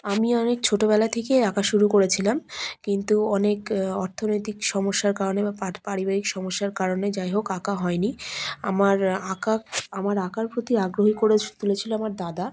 আমি অনেক ছোটোবেলা থেকেই আঁকা শুরু করেছিলাম কিন্তু অনেক অর্থনৈতিক সমস্যার কারণে বা পারিবারিক সমস্যার কারণে যাই হোক আঁকা হয়নি আমার আঁকা আমার আঁকার প্রতি আগ্রহী করে তুলেছিল আমার দাদা